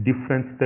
different